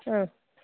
ആ